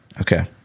Okay